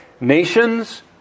nations